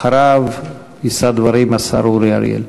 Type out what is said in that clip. אחריו, יישא דברים השר אורי אריאל.